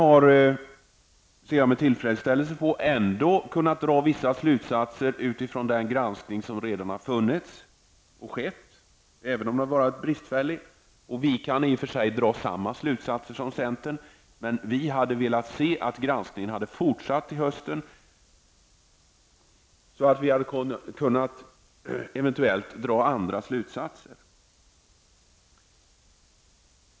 Jag ser med tillfredsställelse på att centern ändå har kunnat dra vissa slutsatser utifrån den granskning som redan har skett, även om den är bristfällig. Vi i miljöpartiet kan i och för sig dra samma slutsatser som centern, men vi hade velat se att granskningen hade fortsatt till hösten, så att vi eventuellt hade kunnat dra andra slutsatser.